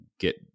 Get